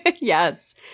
Yes